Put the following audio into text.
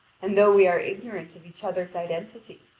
and though we are ignorant of each other's identity.